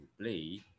play